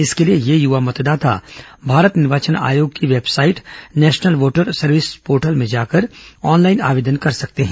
इसके लिए ये युवा मतदाता भारत निर्वाचन आयोग की website national voter service portal में जाकर ऑनलाइन आवेदन कर सकते हैं